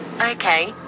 Okay